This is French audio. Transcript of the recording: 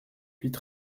huit